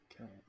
Okay